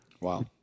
Wow